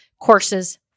courses